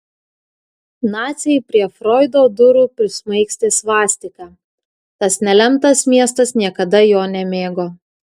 naciai prie froido durų prismaigstė svastiką tas nelemtas miestas niekada jo nemėgo